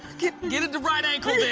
get get it the right ankle then.